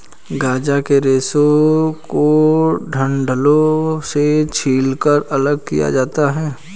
गांजा के रेशे को डंठलों से छीलकर अलग किया जाता है